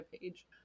page